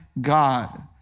God